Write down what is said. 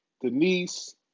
Denise